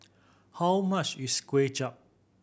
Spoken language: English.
how much is Kway Chap